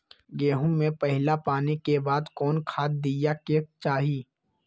गेंहू में पहिला पानी के बाद कौन खाद दिया के चाही?